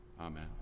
Amen